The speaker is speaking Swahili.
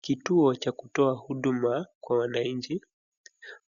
Kituo cha kutoa huduma kwa wananchi,